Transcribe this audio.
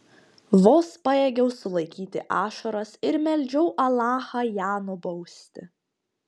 vos pajėgiau sulaikyti ašaras ir meldžiau alachą ją nubausti